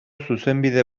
zuzenbide